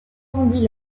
tendit